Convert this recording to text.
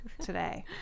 today